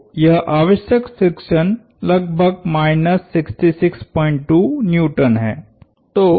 तो यह आवश्यक फ्रिक्शन लगभग माइनस 662 N है